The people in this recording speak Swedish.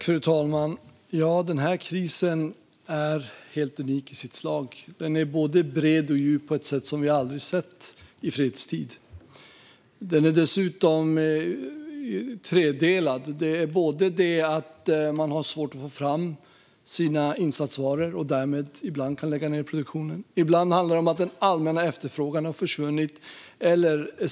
Fru talman! Den här krisen är helt unik i sitt slag. Den är både bred och djup på ett sätt som vi aldrig har sett i fredstid. Den är dessutom tredelad: Man har svårt att få fram sina insatsvaror och får därmed ibland lägga ned produktionen. Ibland handlar det om att den allmänna efterfrågan har försvunnit.